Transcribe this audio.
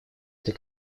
этой